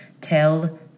tell